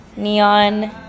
Neon